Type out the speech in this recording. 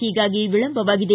ಹೀಗಾಗಿ ವಿಳಂಬವಾಗಿದೆ